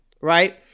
right